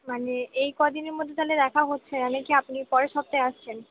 মানে এই কদিনের মধ্যে তাহলে দেখা হচ্ছে মানে কি আপনি পরের সপ্তাহে আসছেন